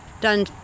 done